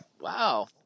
wow